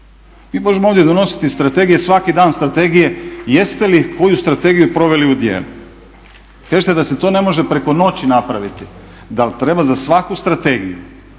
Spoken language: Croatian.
možemo donositi strategije svaki dan, strategije, jeste li koju strategiju proveli u djelo? Kažete da se to ne može preko noći napraviti, da li treba za svaku strategiju